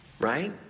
Right